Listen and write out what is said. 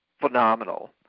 phenomenal